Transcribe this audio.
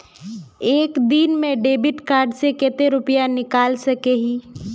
एक दिन में डेबिट कार्ड से कते रुपया निकल सके हिये?